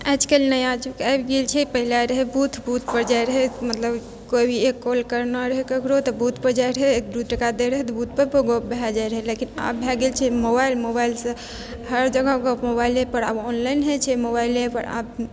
आजकल नया युग आबि गेल छै पहिले रहै बूथ बूथपर जाइ रहै मतलब कोइ भी एक कॉल करना रहै ककरो तऽ बूथपर जाइ रहै एक दू टाका दै रहै तऽ बूथपर गप भए जाइत रहै लेकिन आब भए गेल छै मोबाइल मोबाइलसँ हर जगह गप मोबाइलेपर आब ऑनलाइन होइ छै मोबाइलेपर आब